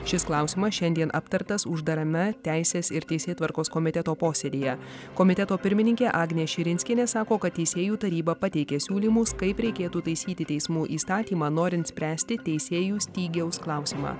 šis klausimas šiandien aptartas uždarame teisės ir teisėtvarkos komiteto posėdyje komiteto pirmininkė agnė širinskienė sako kad teisėjų taryba pateikė siūlymus kaip reikėtų taisyti teismų įstatymą norint spręsti teisėjų stygiaus klausimą